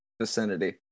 vicinity